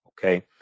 okay